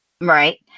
Right